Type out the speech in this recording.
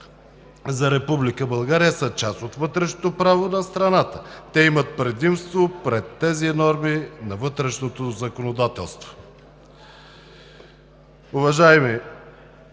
за Република България, са част от вътрешното право на страната. Те имат предимство пред тези норми на вътрешното законодателство“.